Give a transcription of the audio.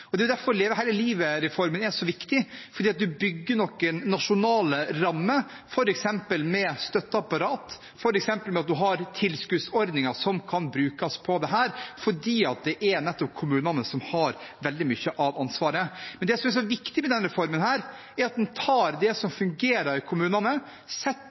Det er derfor Leve hele livet-reformen er så viktig, fordi en bygger noen nasjonale rammer, f.eks. med støtteapparat og med at en har tilskuddsordninger som kan brukes på dette, fordi det er nettopp kommunene som har veldig mye av ansvaret. Men det som er så viktig med denne reformen, er at den tar det som fungerer i kommunene, setter